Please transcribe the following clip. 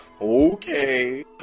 okay